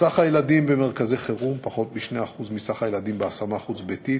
סך הילדים במרכזי חירום: פחות מ-2% מסך הילדים בהשמה חוץ-ביתית,